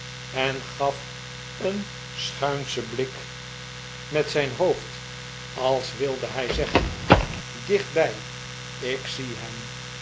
met zijn hoof d als wilde hij zeggen dichtbij ik zie hem